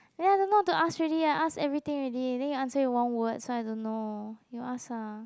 ya don't know what to ask already I ask everything already then you answer with one word so I don't know you ask ah